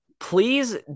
Please